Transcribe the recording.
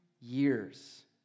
years